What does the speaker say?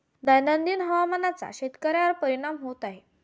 दैनंदिन हवामानाचा शेतकऱ्यांवर परिणाम होत आहे